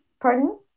Pardon